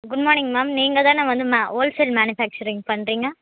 good morning ma'am நீங்கள் தானே வந்து ம ஹோல்சேல் மேனிஃபெட்ச்சரிங் பண்ணுறிங்க